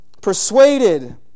Persuaded